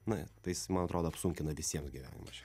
na tai man atrodo apsunkina visiems gyvenimą